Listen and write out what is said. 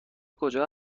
کجا